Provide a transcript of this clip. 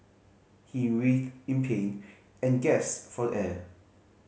he writhed in pain and gasped for air